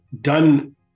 done